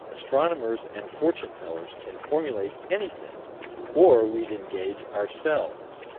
astronomers and fortune-tellers can formulate anything or we'd engage, ourselves,